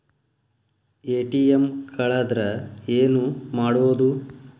ATM ಕಳದ್ರ ಏನು ಮಾಡೋದು?